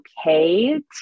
okay